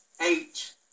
eight